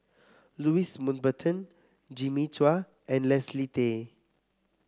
Louis Mountbatten Jimmy Chua and Leslie Tay